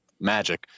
magic